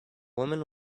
woman